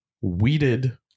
weeded